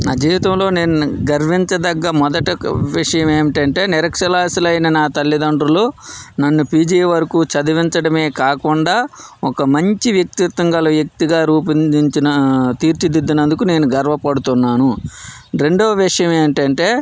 నా జీవితంలో నేను గర్వించదగ్గ మొదట విషయం ఏమిటంటే నిరక్షరాస్యులైన నా తల్లితండ్రులు నన్ను పీజీ వరకు చదివించడమే కాకుండా ఒక మంచి వ్యక్తిత్వం గల వ్యక్తిగా రూపొందించిన తీర్చిదిద్దినందుకు నేను గర్వపడుతున్నాను రెండవ విషయం ఏంటంటే